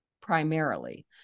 primarily